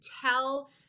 tell